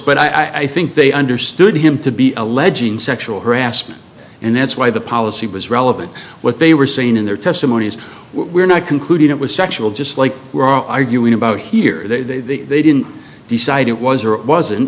but i think they understood him to be alleging sexual harassment and that's why the policy was relevant what they were seen in their testimonies we're not concluding it was sexual just like we're arguing about here they they didn't decide it was or wasn't